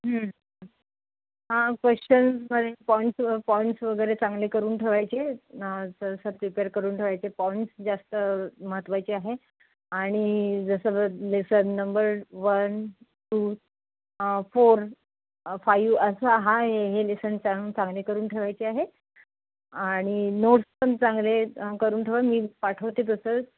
हां क्वेश्चन्समध्ये points points वगैरे चांगले करून ठेवायचे न प्रिपेर करून ठेवायचे पॉईंट्स जास्त महत्त्वाचे आहे आणि जसं lesson number one two four five असा हा हे हे लेसन चांग चांगले करून ठेवायचे आहे आणि नोट्स पण चांगले करून ठेवा मी पाठवते तसंच